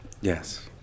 Yes